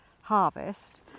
harvest